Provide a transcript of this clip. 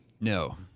No